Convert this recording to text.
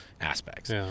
aspects